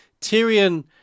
Tyrion